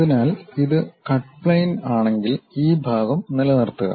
അതിനാൽ ഇത് cut plane ആണെങ്കിൽ ഈ ഭാഗം നിലനിർത്തുക